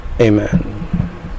Amen